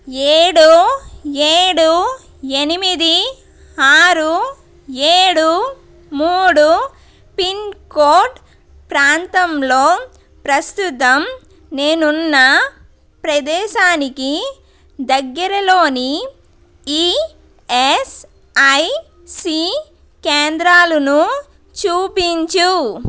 ఏడు ఏడు ఎనిమిది ఆరు ఏడు మూడు పిన్కోడ్ ప్రాంతంలో ప్రస్తుతం నేనున్న ప్రదేశానికి దగ్గిరలోని ఈఎస్ఐసి కేంద్రాలును చూపించు